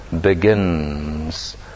begins